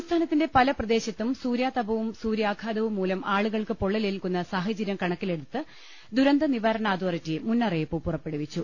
സംസ്ഥാനത്തിന്റെ പല പ്രദേശത്തും സൂര്യാതപവും സൂര്യാഘാ തവും മൂലം ആളുകൾക്ക് പൊള്ളലേൽക്കുന്ന സാഹചര്യം കണ ക്കിലെടുത്ത് ദുരന്ത നിവാരണ അതോറിറ്റി മുന്നറിയിപ്പ് പുറപ്പെടു വിച്ചു